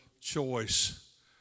choice